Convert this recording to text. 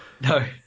no